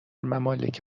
ممالک